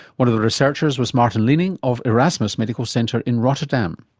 one of the researchers was maarten leening of erasmus medical centre in rotterdam.